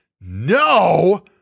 No